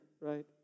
right